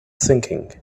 thinking